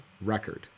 record